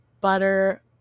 butter